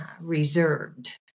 reserved